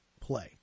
play